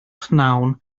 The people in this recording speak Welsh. pnawn